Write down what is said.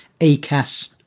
ACAS